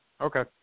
Okay